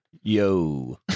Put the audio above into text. Yo